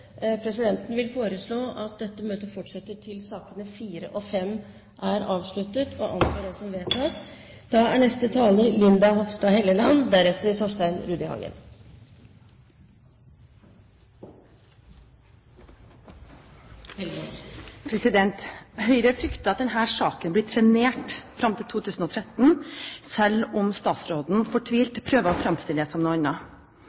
Presidenten vil foreslå at dette møtet fortsetter til sakene nr. 4 og 5 er avsluttet – og anser det som vedtatt. Høyre frykter at denne saken blir trenert frem til 2013, selv om statsråden fortvilet prøver å fremstille det som noe